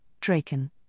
Draken